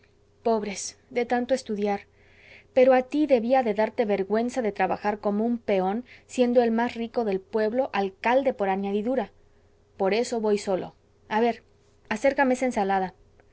pobres de tanto estudiar pero a ti debía de darte vergüenza de trabajar como un peón siendo el más rico del pueblo alcalde por añadidura por eso voy solo a ver acércame esa ensalada